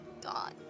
god